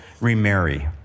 remarry